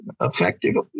effectively